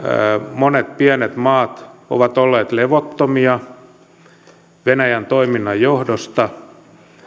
monet pienet maat ovat olleet levottomia venäjän toiminnan johdosta